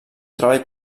treball